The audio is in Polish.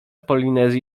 polinezji